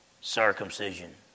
circumcision